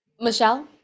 Michelle